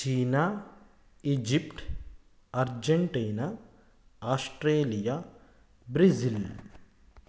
China Egypt Argentina Australia Brazil